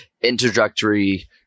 introductory